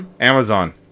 Amazon